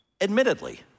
Admittedly